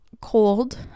cold